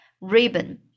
ribbon